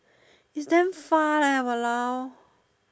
it's damn far leh !walao!